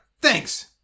thanks